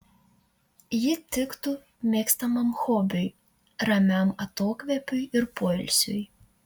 ji tiktų mėgstamam hobiui ramiam atokvėpiui ir poilsiui